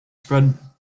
spread